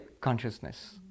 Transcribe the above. Consciousness